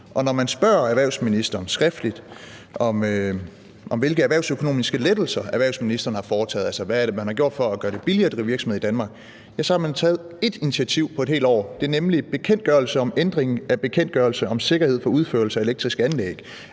Og når man spørger erhvervsministeren skriftligt om, hvilke erhvervsøkonomiske lettelser erhvervsministeren har foretaget – altså hvad man har gjort for at gøre det billigere at drive virksomhed i Danmark – får man svaret, at man har taget ét initiativ på et helt år, nemlig bekendtgørelse om ændring af bekendtgørelse om sikkerhed for udførelse af elektriske anlæg.